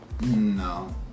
No